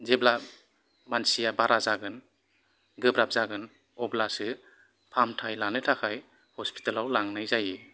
जेब्ला मानसिया बारा जागोन गोब्राब जागोन अब्लासो फाहामथाय लानो थाखाय हस्पिटेलाव लांनाय जायो